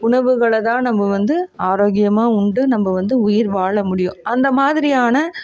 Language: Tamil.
உணவுகளை தான் நம்ம வந்து ஆரோக்கியமாக உண்டு நம்ம வந்து உயிர் வாழ முடியும் அந்த மாதிரியான